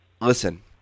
listen